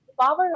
power